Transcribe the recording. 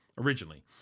originally